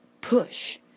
push